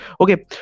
okay